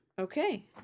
Okay